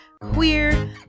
queer